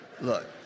Look